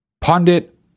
pundit